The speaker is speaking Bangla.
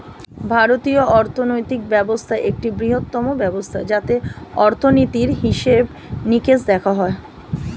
ভারতীয় অর্থনৈতিক ব্যবস্থা একটি বৃহত্তম ব্যবস্থা যাতে অর্থনীতির হিসেবে নিকেশ দেখা হয়